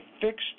fixed